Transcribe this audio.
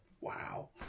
Wow